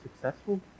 successful